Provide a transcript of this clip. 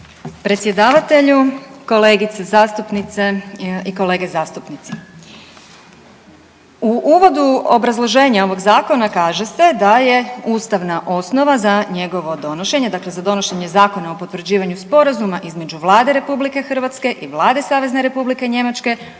Predsjedavatelju, kolegice zastupnice i kolege zastupnici, u uvodu obrazloženja ovog zakona kaže se da je ustavna osnova za njegovo donošenje, dakle za donošenje Zakona o potvrđivanju sporazuma između Vlade RH i Vlade Savezne Republike Njemačke